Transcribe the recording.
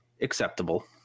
Acceptable